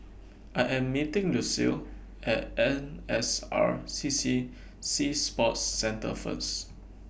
I Am meeting Lucile At N S R C C Sea Sports Centre First